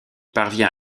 parvient